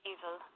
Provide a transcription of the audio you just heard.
Evil